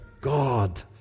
God